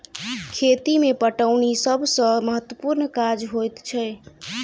खेती मे पटौनी सभ सॅ महत्त्वपूर्ण काज होइत छै